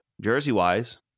jersey-wise